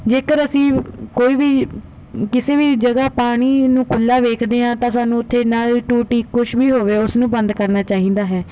ਜੇਕਰ ਅਸੀਂ ਕੋਈ ਵੀ ਕਿਸੇ ਵੀ ਜਗ੍ਹਾ ਪਾਣੀ ਨੂੰ ਖੁੱਲ੍ਹਾ ਵੇਖਦੇ ਹਾਂ ਤਾਂ ਸਾਨੂੰ ਉੱਥੇ ਨਲ ਟੂਟੀ ਕੁਛ ਵੀ ਹੋਵੇ ਉਸਨੂੰ ਬੰਦ ਕਰਨਾ ਚਾਹੀਦਾ ਹੈ